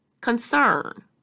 concern